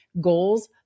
goals